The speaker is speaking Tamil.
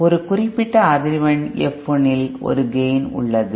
ஒரு குறிப்பிட்ட அதிர்வெண் F1 இல் ஒரு கேய்ன் உள்ளது